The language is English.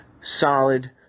solid